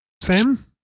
Sam